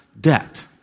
debt